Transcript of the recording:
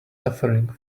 suffering